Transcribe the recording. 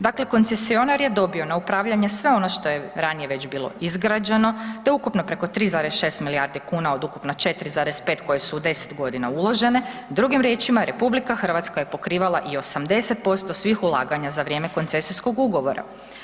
Dakle koncesionar je dobio na upravljanje sve ono što je ranije već bilo izgrađeno te ukupno preko 3,6 milijardi kuna od ukupno 4,5 koje su u 10 g. uložene, drugim riječima RH je pokrivala i 80% svih ulaganja za vrijeme koncesijskog ugovora.